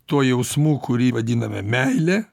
tuo jausmu kurį vadiname meile